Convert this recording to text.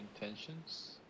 intentions